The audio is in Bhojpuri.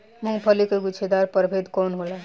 मूँगफली के गुछेदार प्रभेद कौन होला?